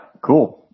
Cool